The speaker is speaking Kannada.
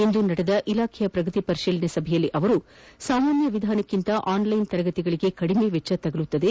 ಇಂದು ನಡೆದ ಇಲಾಖೆಯ ಪ್ರಗತಿ ಪರಿತೀಲನಾ ಸಭೆಯಲ್ಲಿ ಅವರು ಸಾಮಾನ್ಯ ವಿಧಾನಕ್ಕಿಂತ ಆನ್ಲೈನ್ ತರಗತಿಗಳಿಗೆ ಕಡಿಮೆ ವೆಚ್ಚ ತಗುಲುತ್ತದೆ